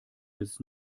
bis